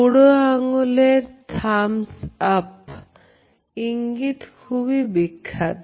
বুড়ো আঙ্গুলের thumbs up ইঙ্গিত খুবই বিখ্যাত